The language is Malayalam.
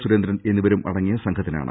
സുരേന്ദ്രൻ എന്നിവരും അടങ്ങിയ സംഘത്തിനാണ്